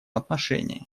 отношении